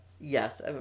Yes